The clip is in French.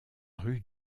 rue